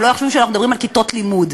שלא יחשבו שאנחנו מדברים על כיתות לימוד,